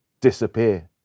disappear